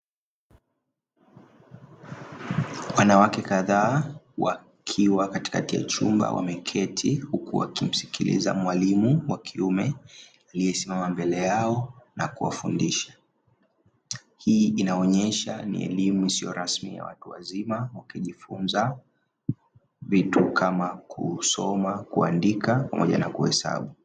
Wanawake kadhaa wakiwa katikati ya chumba wameketi huku wakimsikiliza mwalimu wa kiume aliye simama mbele yao na kuwafundisha. Hii inaonyesha ni elimu isiyo rasmi ya watu wazima wakijifunza vitu kama kusoma, kuandika pamoja na kuhesabu.